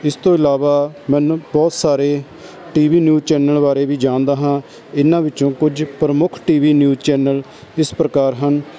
ਇਸ ਤੋਂ ਇਲਾਵਾ ਮੈਨੂੰ ਬਹੁਤ ਸਾਰੇ ਟੀ ਵੀ ਨਿਊਜ ਚੈਨਲ ਬਾਰੇ ਵੀ ਜਾਣਦਾ ਹਾਂ ਇਹਨਾਂ ਵਿੱਚੋਂ ਕੁਝ ਪ੍ਰਮੁੱਖ ਟੀ ਵੀ ਨਿਊਜ ਚੈਨਲ ਇਸ ਪ੍ਰਕਾਰ ਹਨ